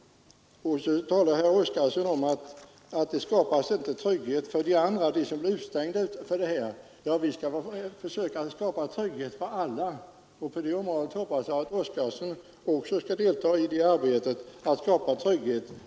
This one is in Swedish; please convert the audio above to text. Och så talar herr Oskarson om att det inte skapas trygghet för dem som blir utestängda härvidlag. Ja, vi skall försöka skapa trygghet för alla anställda här i landet, och jag hoppas att även herr Oskarson skall delta i arbetet på det området.